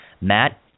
Matt